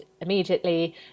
immediately